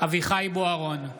אביחי אברהם בוארון,